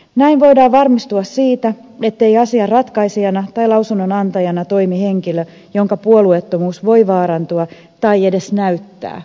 näin voidaan varmistua siitä ettei asian ratkaisijana tai lausunnon antajana toimi henkilö jonka puolueettomuus voi vaarantua tai edes näyttää vaarantuvan